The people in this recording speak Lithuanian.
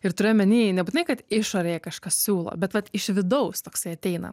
ir turiu omeny nebūtinai kad išorėje kažkas siūlo bet vat iš vidaus toksai ateina